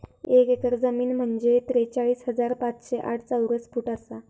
एक एकर जमीन म्हंजे त्रेचाळीस हजार पाचशे साठ चौरस फूट आसा